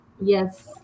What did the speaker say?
Yes